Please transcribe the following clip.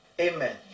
Amen